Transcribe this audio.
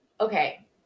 Okay